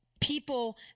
people